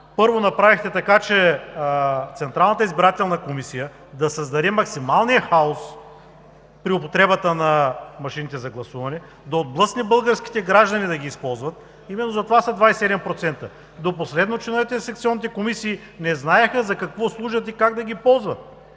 Първо, направихте така че Централната избирателна комисия да създаде максималния хаос при употребата на машините за гласуване, да отблъсне българските граждани да ги използват – именно затова са 27%. До последно членовете на секционните комисии не знаеха за какво служат и как да ги ползват